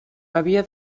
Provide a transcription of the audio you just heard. havia